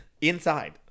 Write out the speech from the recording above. inside